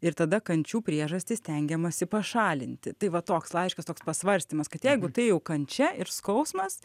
ir tada kančių priežastį stengiamasi pašalinti tai va toks laiškas toks pasvarstymas kad jeigu tai jau kančia ir skausmas